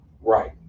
Right